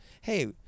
Hey